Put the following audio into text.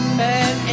man